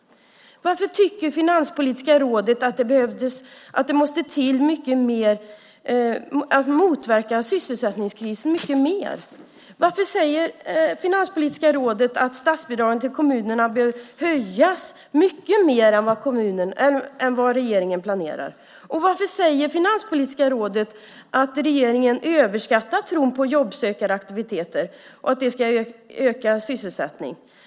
Varför tycker Finanspolitiska rådet att det måste till mycket mer för att motverka sysselsättningskrisen? Varför säger Finanspolitiska rådet att statsbidraget till kommunerna behöver höjas mycket mer än vad regeringen planerar. Varför säger Finanspolitiska rådet att regeringens tro på att jobbsökaraktiviteter ska öka sysselsättningen är överdriven?